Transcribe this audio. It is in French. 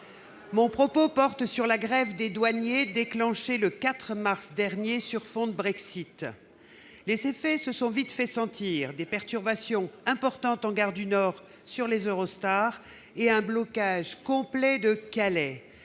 Mon propos porte sur la grève des douaniers déclenchée le 4 mars dernier sur fond de Brexit. Ses effets se sont vite fait sentir : des perturbations importantes en gare du Nord sur les Eurostar et un blocage complet de Calais-